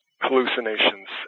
hallucinations